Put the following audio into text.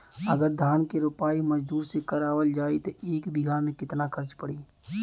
अगर धान क रोपाई मजदूर से करावल जाई त एक बिघा में कितना खर्च पड़ी?